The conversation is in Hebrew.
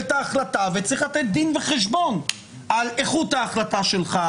את ההחלטה וצריך לתת דין וחשבון על איכות ההחלטה שלך,